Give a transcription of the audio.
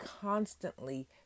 constantly